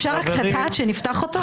אפשר לדעת שנפתח אותו?